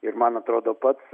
ir man atrodo pats